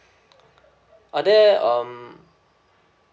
are there um